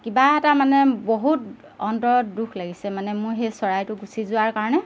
কিবা এটা মানে বহুত অন্তৰত দুখ লাগিছে মানে মোৰ সেই চৰাইটো গুচি যোৱাৰ কাৰণে